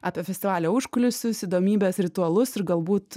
apie festivalio užkulisius įdomybes ritualus ir galbūt